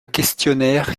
questionnaire